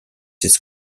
this